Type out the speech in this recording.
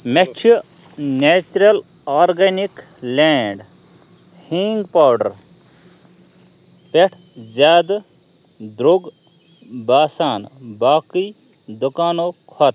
مےٚ چھِ natural organic لینٛڈ ہیٖنٛگ پاوڈر پٮ۪ٹھ زیادٕ درٛوگ باسان باقٕے دُکانو کھۄتہٕ